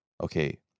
Okay